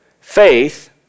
faith